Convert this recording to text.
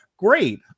great